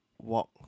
Walk